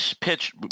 pitch